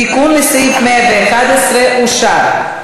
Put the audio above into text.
התיקון לסעיף 111 אושר.